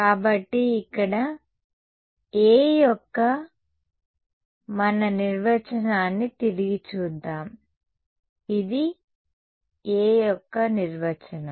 కాబట్టి ఇక్కడ A యొక్క మన నిర్వచనాన్ని తిరిగి చూద్దాం ఇది A యొక్క నిర్వచనం